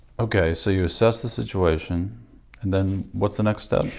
okay, so you assess the situation and then what's the next step?